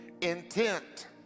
intent